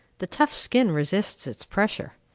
the tough skin resists its pressure.